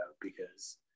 because-